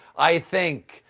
i think.